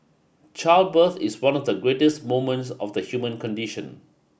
childbirth is one of the greatest moments of the human condition